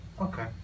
Okay